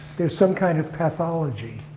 there's some kind of pathology.